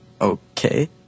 Okay